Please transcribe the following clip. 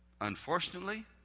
unfortunately